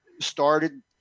started